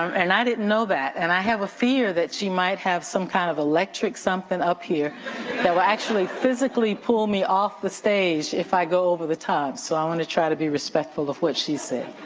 um and i didn't know that and i have a fear that she might have some kind of electric something up here that will actually physically pull me off the stage if i go over the time. so i wanna try to be respectful of what she said.